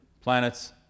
planets